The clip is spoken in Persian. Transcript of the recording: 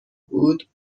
بود